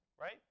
Right